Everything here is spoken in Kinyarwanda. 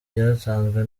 ryatanzwe